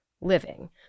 living